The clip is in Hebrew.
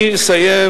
אני אסיים